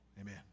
amen